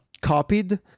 copied